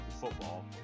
football